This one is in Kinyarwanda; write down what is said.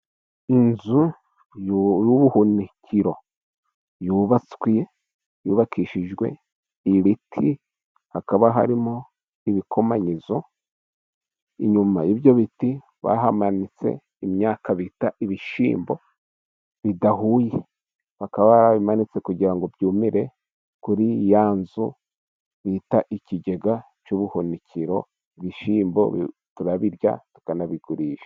Inzu y'ubuhunikiro yubatswe yubakishijwe ibiti hakaba harimo ibikogizo, inyuma yibyo biti bahamanitse imyaka bita ibishyimbo bidahuye bakaba barabimanitse kugira ngo byumire kuri ya nzu bita ikigega cy'ubuhunikiro ibishyimbo turabirya tukanabigurisha.